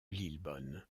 lillebonne